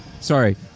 sorry